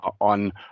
on